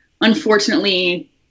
unfortunately